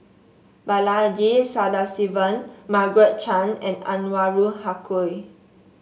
Balaji Sadasivan Margaret Chan and Anwarul Haque